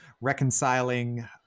reconciling